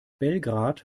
belgrad